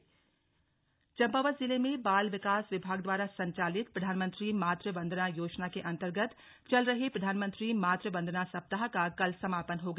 मातृ बन्धन सप्ताह का समापन चम्पावत जिले में बाल विकास विभाग द्वारा संचालित प्रधानमंत्री मातृ वंदना योजना के अन्तर्गत चल रहे प्रधानमंत्री मातृ वंदना सप्ताह का कल समापन हो गया